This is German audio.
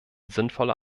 sinnvoller